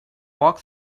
walk